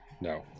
no